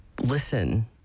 listen